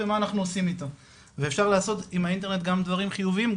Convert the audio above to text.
במה אנחנו עושים אתו ואפשר לעשות עם האינטרנט גם דברים חיוביים,